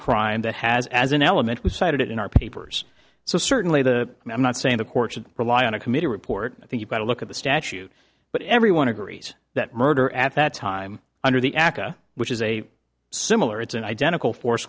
crime that has as an element was cited in our papers so certainly the i'm not saying the court should rely on a committee report i think you've got to look at the statute but everyone agrees that murder at that time under the aca which is a similar it's an identical force